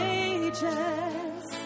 ages